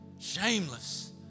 Shameless